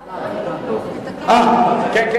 כן.